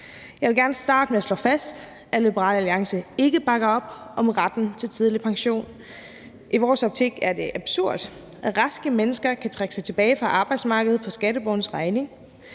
Jeg vil gerne starte med at slå fast, at Liberal Alliance ikke bakker op om retten til tidlig pension. I vores optik er det absurd, at raske mennesker kan trække sig tilbage fra arbejdsmarkedet på skatteborgernes regning.